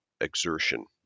exertion